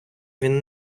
він